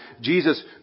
Jesus